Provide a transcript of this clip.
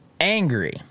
angry